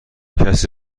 کسی